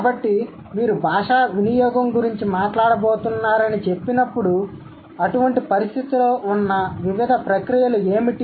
కాబట్టి మీరు భాషా వినియోగం గురించి మాట్లాడబోతున్నారని చెప్పినప్పుడు అటువంటి పరిస్థితిలో ఉన్న వివిధ ప్రక్రియలు ఏమిటి